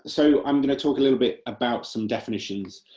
so i am going to talk a little bit about some definitions,